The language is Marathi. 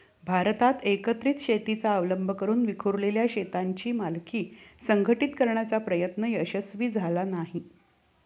भारतात एकत्रित शेतीचा अवलंब करून विखुरलेल्या शेतांची मालकी संघटित करण्याचा प्रयत्न यशस्वी झाला नाही